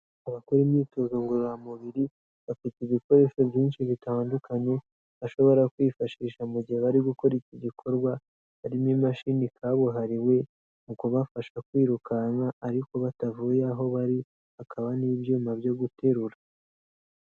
Abakora imyitozo ngororamubiri, bafite ibikoresho byinshi bitandukanye bashobora kwifashisha mu gihe bari gukora iki gikorwa, harimo imashini kabuhariwe mu kubafasha kwirukanka ariko batavuye aho bari, hakaba n'ibyuma byo guterura.